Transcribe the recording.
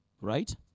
Right